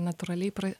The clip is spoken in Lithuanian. natūraliai pra